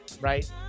Right